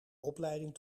opleiding